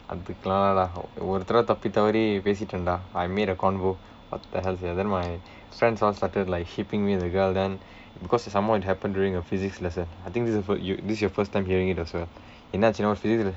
அதுக்கு எல்லாம் இல்ல டா ஒரு தடவை தப்பி தவறி பேசிட்டேன் டா:athukku ellaam illa daa oru thadavai thappi thavari peesitteen daa I made a convo what the hell sia then my friends all started like me with the girl then because it's some more it happened during a physics lesson I think this the this your first time hearing it also என்ன ஆச்சுனா வந்து:enna aachsinaa vandthu